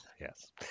Yes